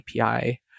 API